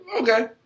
Okay